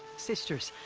sisters.